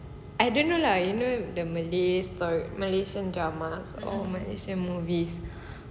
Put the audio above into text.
I don't know lah you know the malay store malaysian drama or malaysian movies